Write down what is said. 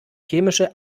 chemische